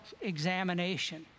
examination